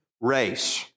race